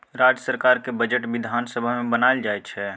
राज्य सरकारक बजट बिधान सभा मे बनाएल जाइ छै